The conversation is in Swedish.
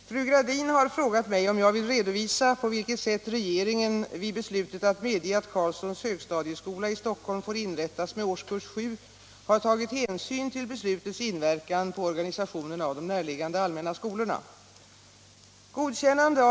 Herr talman! Fru Gradin har frågat mig om jag vill redovisa på vilket sätt regeringen vid beslutet att medge att Carlssons privata högstadieskola i Stockholm får inrättas med årskurs 7 har tagit hänsyn till beslutets inverkan på organisationen av de närliggande allmänna skolorna.